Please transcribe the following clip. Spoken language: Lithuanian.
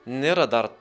nėra dar